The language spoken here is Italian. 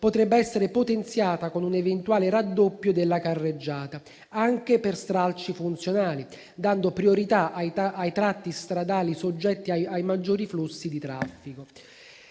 potrebbe essere potenziata con un eventuale raddoppio della carreggiata, anche per stralci funzionali, dando priorità ai tratti stradali soggetti ai maggiori flussi di traffico.